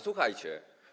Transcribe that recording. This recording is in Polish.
Słuchajcie.